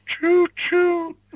Choo-choo